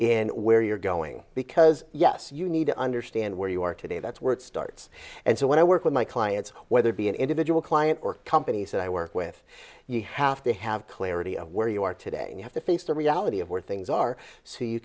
in where you're going because yes you need to understand where you are today that's where it starts and so when i work with my clients whether it be an individual client or companies that i work with you have to have clarity of where you are today you have to face the reality of where things are so you